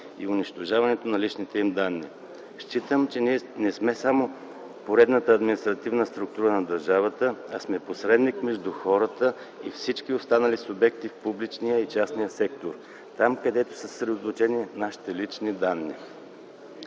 и унищожаването на личните им данни. Считам, че не сме само поредната административна структура на държавата, а сме посредник между хората и всички останали субекти в публичния и частния сектор – там, където са съсредоточени нашите лични данни.